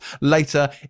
later